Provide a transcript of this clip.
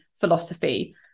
philosophy